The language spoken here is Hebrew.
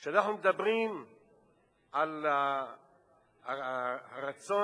כשאנחנו מדברים על הרצון